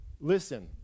Listen